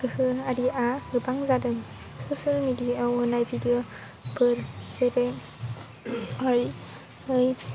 गोहो आरिआ गोबां जादों ससियेल मेडियायाव होनाय भिडिअफोर जेरै